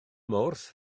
mawrth